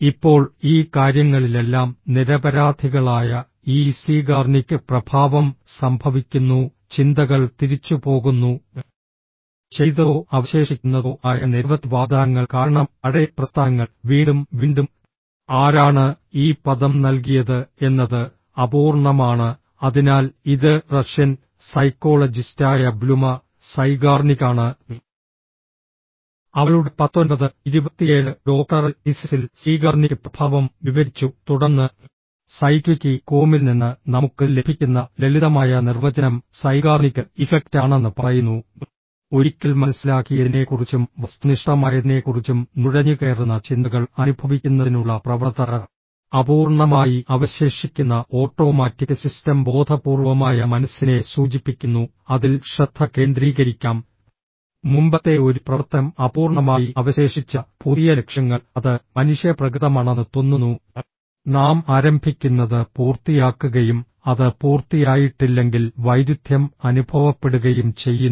ഇപ്പോൾ ഈ കാര്യങ്ങളിലെല്ലാം നിരപരാധികളായ ഈ സീഗാർനിക് പ്രഭാവം സംഭവിക്കുന്നു ചിന്തകൾ തിരിച്ചുപോകുന്നു ചെയ്തതോ അവശേഷിക്കുന്നതോ ആയ നിരവധി വാഗ്ദാനങ്ങൾ കാരണം പഴയ പ്രസ്ഥാനങ്ങൾ വീണ്ടും വീണ്ടും ആരാണ് ഈ പദം നൽകിയത് എന്നത് അപൂർണ്ണമാണ് അതിനാൽ ഇത് റഷ്യൻ സൈക്കോളജിസ്റ്റായ ബ്ലുമ സൈഗാർനിക് ആണ് അവളുടെ പത്തൊൻപത് ഇരുപത്തിയേഴ് ഡോക്ടറൽ തീസിസിൽ സീഗാർനിക് പ്രഭാവം വിവരിച്ചു തുടർന്ന് സൈക്വിക്കി കോമിൽ നിന്ന് നമുക്ക് ലഭിക്കുന്ന ലളിതമായ നിർവചനം സൈഗാർനിക് ഇഫക്റ്റ് ആണെന്ന് പറയുന്നു ഒരിക്കൽ മനസ്സിലാക്കിയതിനെക്കുറിച്ചും വസ്തുനിഷ്ഠമായതിനെക്കുറിച്ചും നുഴഞ്ഞുകയറുന്ന ചിന്തകൾ അനുഭവിക്കുന്നതിനുള്ള പ്രവണത അപൂർണ്ണമായി അവശേഷിക്കുന്ന ഓട്ടോമാറ്റിക് സിസ്റ്റം ബോധപൂർവമായ മനസ്സിനെ സൂചിപ്പിക്കുന്നു അതിൽ ശ്രദ്ധ കേന്ദ്രീകരിക്കാം മുമ്പത്തെ ഒരു പ്രവർത്തനം അപൂർണ്ണമായി അവശേഷിച്ച പുതിയ ലക്ഷ്യങ്ങൾ അത് മനുഷ്യപ്രകൃതമാണെന്ന് തോന്നുന്നു നാം ആരംഭിക്കുന്നത് പൂർത്തിയാക്കുകയും അത് പൂർത്തിയായിട്ടില്ലെങ്കിൽ വൈരുദ്ധ്യം അനുഭവപ്പെടുകയും ചെയ്യുന്നു